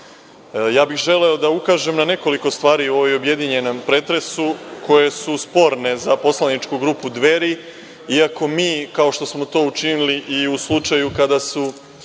bih želeo da ukažem na nekoliko stvari u ovom objedinjenom pretresu koje su sporne za poslaničku grupu Dveri, iako mi, kao što smo to učinili i u slučaju kada su